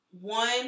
one